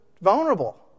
vulnerable